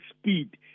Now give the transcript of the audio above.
speed